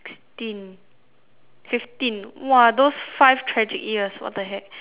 fifteen !wah! those five tragic years what the heck